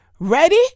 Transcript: Ready